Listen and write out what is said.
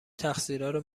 تقصیرارو